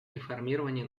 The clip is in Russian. реформирования